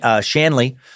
Shanley